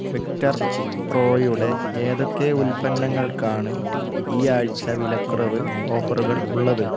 Victor പ്രോയുടെ ഏതൊക്കെ ഉൽപ്പന്നങ്ങൾക്കാണ് ഈ ആഴ്ച വിലക്കുറവ് ഓഫറുകൾ ഉള്ളത്